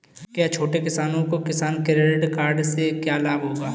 क्या छोटे किसानों को किसान क्रेडिट कार्ड से लाभ होगा?